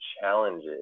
challenges